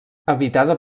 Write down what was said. habitada